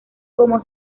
como